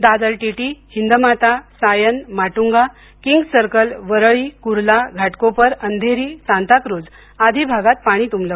Dadar TT Hindmata Sion Matunga King's Circle Worli Kurla Ghatkopar Andheri Santacruz आदी भागात पाणी तुंबले